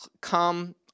come